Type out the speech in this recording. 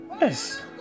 Yes